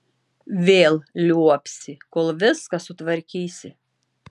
vėl liuobsi kol viską sutvarkysi